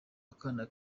akana